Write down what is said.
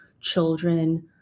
children